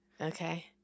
Okay